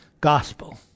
gospel